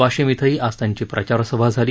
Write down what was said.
वाशिम इथंही आज त्यांची प्रचारसभा झाली